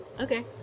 Okay